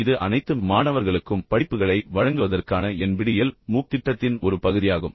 இது அனைத்து மாணவர்களுக்கும் படிப்புகளை வழங்குவதற்கான NPTEL MOOC திட்டத்தின் ஒரு பகுதியாகும்